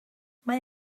mae